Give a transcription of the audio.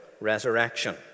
resurrection